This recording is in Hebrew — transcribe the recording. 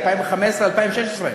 2015 2016,